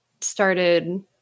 started